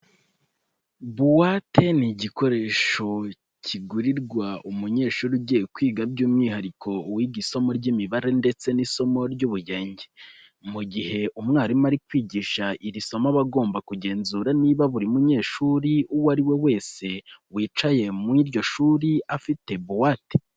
Buwate ni igikoresho kigurirwa umunyeshuri ugiye kwiga by'umwihariko uwiga isomo ry'imibare ndetse n'isomo ry'ubugenge. Mu gihe umwarimu ari kwigisha iri somo aba agomba kugenzura niba buri munyeshuri uwo ari we wese wicaye muri iryo shuri afite buwate.